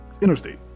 Interstate